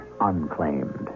unclaimed